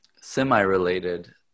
Semi-related